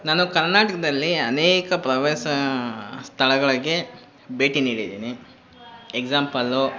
ನಾನು ಕರ್ನಾಟಕದಲ್ಲಿ ಅನೇಕ ಪ್ರವಾಸ ಸ್ಥಳಗಳಿಗೆ ಭೇಟಿ ನೀಡಿದ್ದೀನಿ ಎಕ್ಸಾಂಪಲ್ಲು